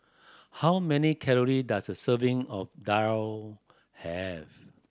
how many calory does a serving of daal have